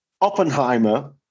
Oppenheimer